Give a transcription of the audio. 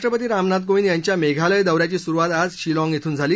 राष्ट्रपती रामनाथ कोविंद यांच्या मेघालय दौ याची सुरुवात आज शिलाँग इथून झाली